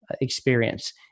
experience